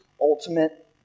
ultimate